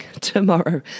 tomorrow